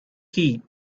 heat